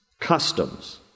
customs